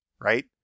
right